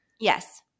Yes